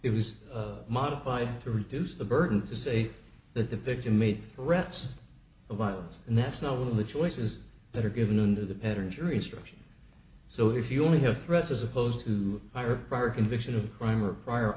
it was modified to reduce the burden to say that the victim made threats of violence and that's not one of the choices that are given under the pattern jury instruction so if you only have threats as opposed to by her prior conviction of crime or prior